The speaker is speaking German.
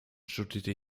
studierte